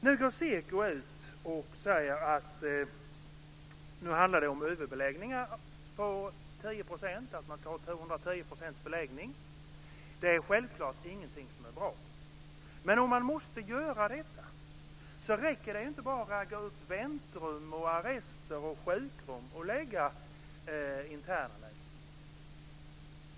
Nu går SEKO ut och säger att nu handlar det om överbeläggningar på 10 %, att man ska ha 110 % beläggning. Det är självklart ingenting som är bra. Men om man måste göra detta räcker det ju inte att bara ragga upp väntrum, arrester och sjukrum att placera internerna i.